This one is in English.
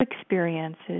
experiences